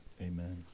Amen